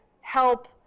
help